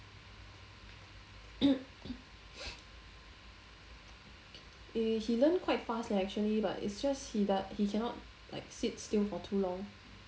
eh he learn quite fast leh actually but it's just he do~ he cannot like sit still for too long